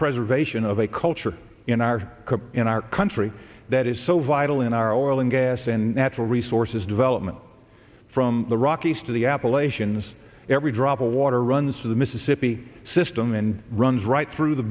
preservation of a culture in our in our country that is so vital in our oil and gas and natural resources development from the rockies to the apple a shins every drop of water runs through the mississippi system and runs right through the